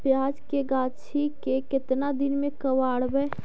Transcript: प्याज के गाछि के केतना दिन में कबाड़बै?